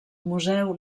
museu